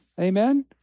Amen